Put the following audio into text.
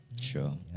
Sure